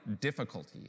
difficulty